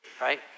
right